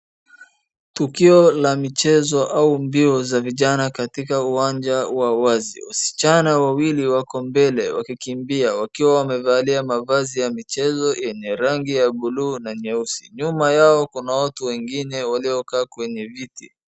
Tukio la michezo au mbio za vijana katika uwanja wa wazi. wWasichana wawili wako mbele wakikimbia wakiwa wamevalia mavazi ya michezo yenye rangi ya bluu na nyeusi. Nyuma yao kuna watu wengine waliokaa kwenye viti.